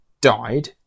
died